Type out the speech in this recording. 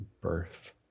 birth